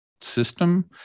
system